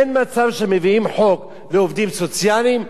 אין מצב שמביאים חוק לעובדים סוציאליים,